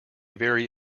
very